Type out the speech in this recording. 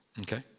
Okay